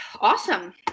awesome